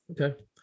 Okay